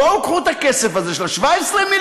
בואו קחו את הכסף הזה, 17 מיליון,